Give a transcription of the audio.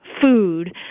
food